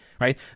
right